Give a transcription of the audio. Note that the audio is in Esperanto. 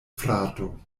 frato